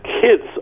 kids